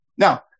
Now